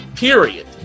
Period